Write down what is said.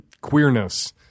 queerness